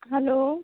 hello